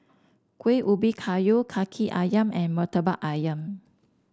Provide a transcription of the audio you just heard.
Kuih Ubi Kayu kaki ayam and murtabak ayam